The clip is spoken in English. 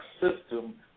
system